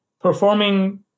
performing